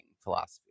philosophy